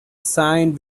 signed